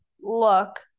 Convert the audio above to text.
look